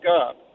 up